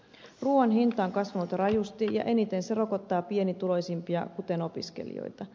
ruuan hinta on kasvanut rajusti ja eniten se rokottaa pienituloisimpia kuten opiskelijoita